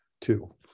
two